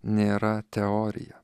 nėra teorija